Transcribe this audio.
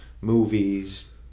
movies